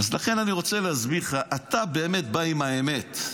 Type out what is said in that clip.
לכן אני רוצה להסביר לך, אתה באמת בא עם האמת,